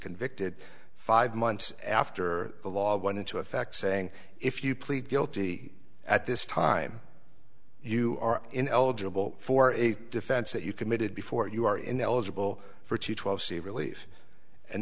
convicted five months after the law went into effect saying if you plead guilty at this time you are ineligible for a defense that you committed before you are ineligible for t twelve c relief and